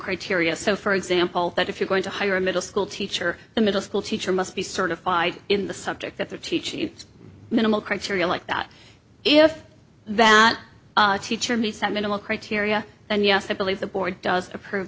criteria so for example that if you're going to hire a middle school teacher the middle school teacher must be certified in the subject that they're teaching minimal criteria like that if that teacher me some minimal criteria and yes i believe the board does approve